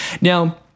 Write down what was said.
Now